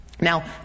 Now